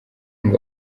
ngo